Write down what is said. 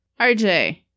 RJ